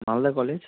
Malda college